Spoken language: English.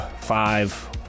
five